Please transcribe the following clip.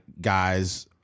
guys